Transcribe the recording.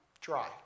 dry